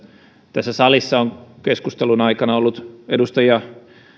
tässä salissa on keskustelun aikana ollut edustajia